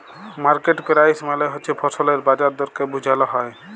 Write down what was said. market price মালে হছে ফসলের বাজার দরকে বুঝাল হ্যয়